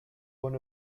one